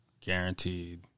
guaranteed